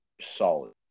solid